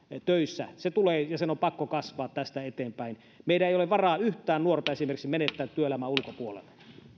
töissä tulee kasvamaan ja sen on pakko kasvaa tästä eteenpäin meillä ei ole varaa yhtään nuorta esimerkiksi menettää työelämän ulkopuolelle